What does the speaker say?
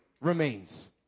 remains